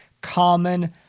common